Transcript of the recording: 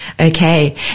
Okay